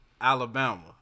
Alabama